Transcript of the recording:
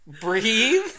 breathe